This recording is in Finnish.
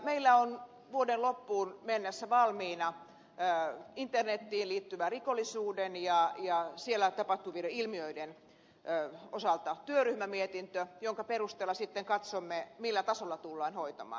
meillä on vuoden loppuun mennessä valmiina internetiin liittyvän rikollisuuden ja siellä tapahtuvien ilmiöiden osalta työryhmämietintö jonka perusteella sitten katsomme millä tasolla tätä tullaan hoitamaan